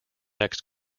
next